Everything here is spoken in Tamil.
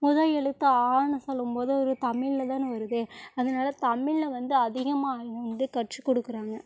முதோ எழுத்து ஆன்னு சொல்லும் போது அது ஒரு தமிழ்ல தானே வருது அதனால் தமிழை வந்து அதிகமாக வந்து கற்றுக் கொடுக்குறாங்க